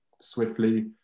swiftly